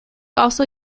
also